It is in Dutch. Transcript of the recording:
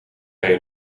hij